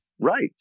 Right